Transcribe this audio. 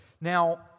Now